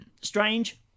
Strange